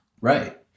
Right